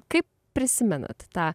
kaip prisimenat tą